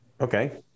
Okay